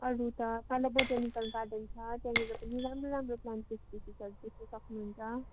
अरू त तल बोटानिकल गार्डन छ त्यहाँनेर पनि राम्रो राम्रो प्लान्ट्स स्पेसिसहरू देख्नु सक्नु हुन्छ